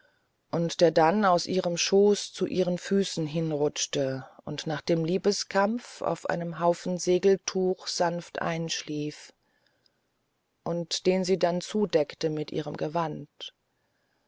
und der dann aus ihrem schoß zu ihren füßen hinrutschte und nach dem liebeskampf auf einem haufen segeltuch sanft einschlief und den sie dann zudeckte mit ihrem gewand